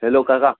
hello काका